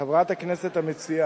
כי חברת הכנסת יחימוביץ תבקש להתנגד.